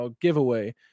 giveaway